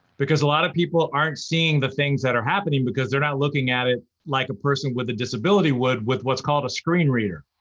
because a lot of people aren't seeing the things that are happening because they're not looking at it like a person with a disability would with what's called a screen reader.